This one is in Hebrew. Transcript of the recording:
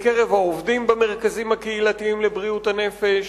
בקרב העובדים במרכזים הקהילתיים לבריאות הנפש,